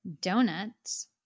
donuts